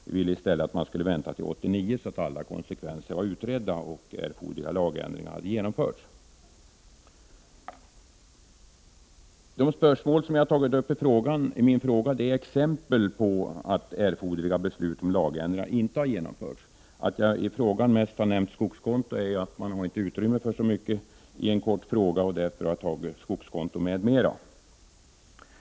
Vi ville i stället vänta till den 1 januari 1989, så att alla konsekvenser skulle vara utredda och erforderliga lagändringar genomförda. 23 De spörsmål som jag tagit upp i min fråga är exempel på att erforderliga 10 november 1988 beslut om lagändringar inte har fattats. Att jag i frågan har nämnt skogskonto beror på att det ju inte ges utrymme för så mycket i en kort fråga. Därför skrev jag skogskonto m.m.